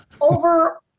over